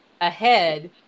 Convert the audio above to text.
ahead